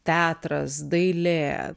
teatras dailė